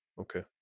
Okay